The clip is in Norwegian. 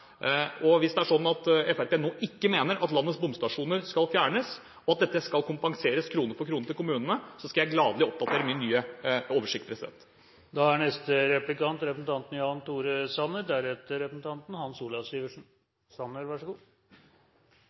dette. Hvis Fremskrittspartiet nå ikke mener at landets bomstasjoner skal fjernes, og at dette skal kommunene kompenseres for, krone for krone, skal jeg gladelig oppdatere min oversikt. Jeg registrerer at Torgeir Micaelsen har oppdaget at det er